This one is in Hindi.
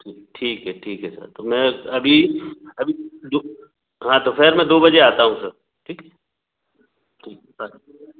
ठीक है ठीक है सर तो मैं अभी अभी दू हाँ दोपहर में दो बजे आता हूँ सर ठीक है ठीक है हाँ